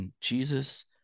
Jesus